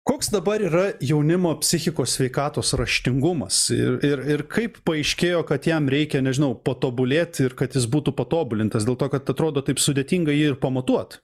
koks dabar yra jaunimo psichikos sveikatos raštingumas ir ir ir kaip paaiškėjo kad jam reikia nežinau patobulėt ir kad jis būtų patobulintas dėl to kad atrodo taip sudėtinga jį ir pamatuot